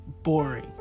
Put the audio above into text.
boring